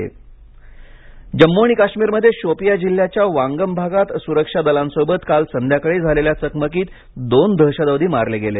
जम्म आणि काश्मीर चकमक जम्मू आणि काश्मीरमध्ये शोपियां जिल्ह्याच्या वांगम भागात सुरक्षा दलांसोबत काल संध्याकाळी झालेल्या चकमकीत दोन दहशतवादी मारले गेले